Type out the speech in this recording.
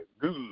good